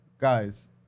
guys